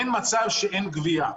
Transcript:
אין מצב שאין גבייה.